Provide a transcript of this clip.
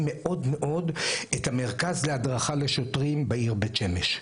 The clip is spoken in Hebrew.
מאוד את המרכז להדרכה לשוטרים בעיר בית שמש.